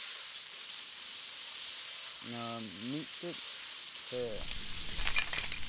ᱢᱤᱫᱴᱮᱡ ᱥᱮ